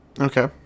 Okay